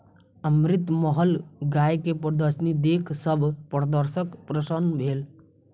अमृतमहल गाय के प्रदर्शनी देख सभ दर्शक प्रसन्न भेल